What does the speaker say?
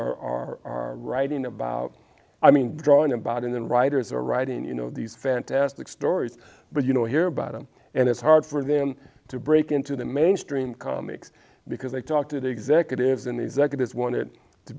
illustrators are writing about i mean drawing about in and writers are writing you know these fantastic stories but you know hear about them and it's hard for them to break into the mainstream comics because they talk to the executives in executives wanted to